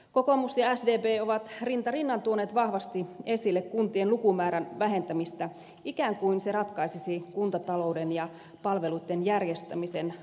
kokoomus ja sdp ovat rinta rinnan tuoneet vahvasti esille kuntien lukumäärän vähentämistä ikään kuin se ratkaisisi kuntatalouden ja palveluitten järjestämisen ongelmat